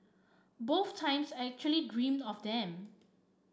both times I actually dreamed of them